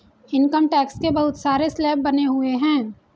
income tax के बहुत सारे स्लैब बने हुए हैं